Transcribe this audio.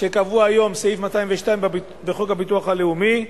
שקבוע היום, סעיף 202, בחוק הביטוח הלאומי,